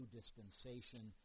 dispensation